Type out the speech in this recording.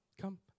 come